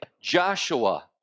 Joshua